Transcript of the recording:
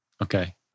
Okay